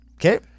Okay